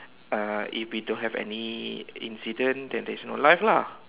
uh if we don't have any incident then there is no life lah